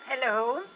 Hello